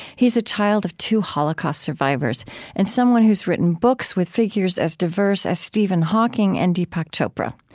he is a child of two holocaust survivors and someone who's written books with figures as diverse as stephen hawking and deepak chopra.